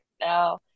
now